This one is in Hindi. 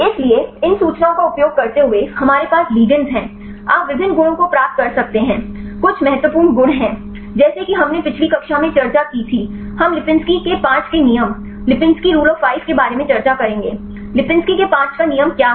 इसलिए इन सूचनाओं का उपयोग करते हुए हमारे पास लिगेंड्स हैं आप विभिन्न गुणों को प्राप्त कर सकते हैं कुछ महत्वपूर्ण गुण हैं जैसे कि हमने पिछली कक्षा में चर्चा की थी हम लिपिंस्की के 5 के नियम lipinski's rule of 5 के बारे में चर्चा करेंगे लिपिंस्की के 5 का नियम क्या है